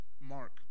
Mark